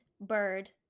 bird